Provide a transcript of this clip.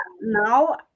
now